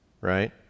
right